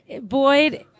Boyd